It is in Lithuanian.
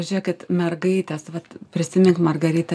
žiūrėkit mergaitės vat prisimink margarita